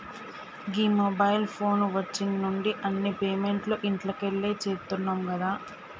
గీ mobile phone వచ్చిన్నుండి అన్ని పేమెంట్లు ఇంట్లకెళ్లే చేత్తున్నం గదా